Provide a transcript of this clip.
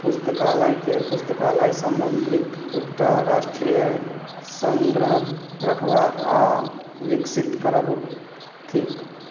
पुस्तकालयके पुस्तकालय सामग्रीके एकटा राष्ट्रीय संग्रहकेँ रखबाक आओर विकसित करब थिक